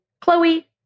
Chloe